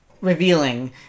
revealing